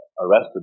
arrested